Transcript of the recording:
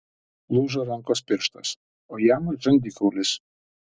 lūžo rankos pirštas o jam žandikaulis